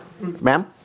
ma'am